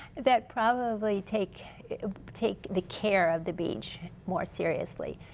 that probably take take the care of the beach more seriously.